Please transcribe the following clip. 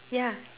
yeah